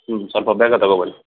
ಹ್ಞೂ ಸ್ವಲ್ಪ ಬೇಗ ತಗೋಂಬನ್ನಿ